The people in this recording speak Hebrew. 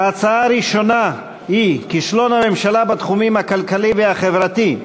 ההצעה הראשונה היא: כישלון הממשלה בתחום הכלכלי והחברתי,